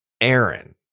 Aaron